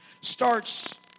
starts